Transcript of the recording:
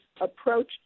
approach